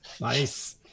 Nice